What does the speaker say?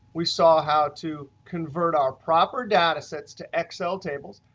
we saw how to convert our proper data sets to excel tables,